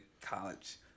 college